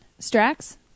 Strax